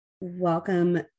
Welcome